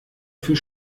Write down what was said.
für